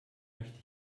möchte